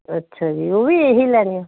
ਅੱਛਾ ਜੀ ਉਹ ਵੀ ਇਹ ਹੀ ਲੈਣੀਆਂ